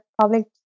Public